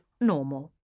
normal